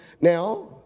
Now